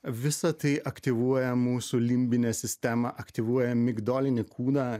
visa tai aktyvuoja mūsų limbinę sistemą aktyvuoja migdolinį kūną